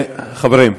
חברים,